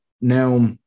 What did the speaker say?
Now